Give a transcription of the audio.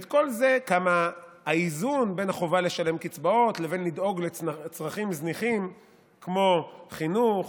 מה האיזון בין החובה לשלם קצבאות לבין לדאוג לצרכים זניחים כמו חינוך,